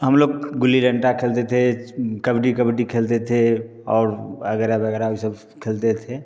हम लोग गुल्ली डंडा खेलते थे कबड्डी कबड्डी खेलते थे और अगैरा वगैरह भी सब खेलते थे